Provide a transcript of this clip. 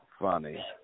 funny